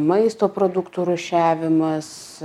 maisto produktų rūšiavimas